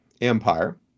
empire